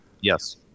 Yes